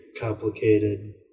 complicated